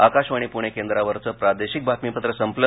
आकाशवाणी पुणे केंद्रावरचं प्रादेशिक बातमीपत्र संपलं